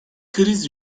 kriz